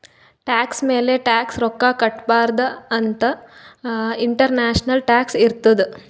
tax ಮ್ಯಾಲ tax ರೊಕ್ಕಾ ಕಟ್ಟಬಾರ್ದ ಅಂತ್ ಇಂಟರ್ನ್ಯಾಷನಲ್ ಟ್ಯಾಕ್ಸ್ ಇರ್ತುದ್